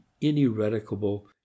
ineradicable